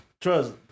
trust